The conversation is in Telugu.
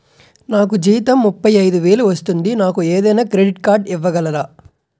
నాకు జీతం ముప్పై ఐదు వేలు వస్తుంది నాకు ఏదైనా క్రెడిట్ కార్డ్ ఇవ్వగలరా?